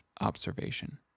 observation